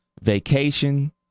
vacation